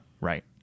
right